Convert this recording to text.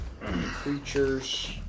creatures